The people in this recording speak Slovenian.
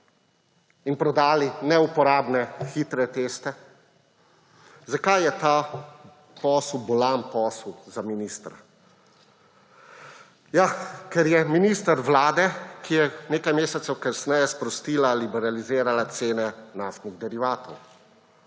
in prodali neuporabne hitre teste, zakaj je ta posel bolan posel za ministra? Ja, ker je minister vlade, ki je nekaj mesecev kasneje sprostila, liberalizirala cene naftnih derivatov.